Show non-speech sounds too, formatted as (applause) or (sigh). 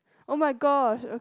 oh-my-gosh (noise)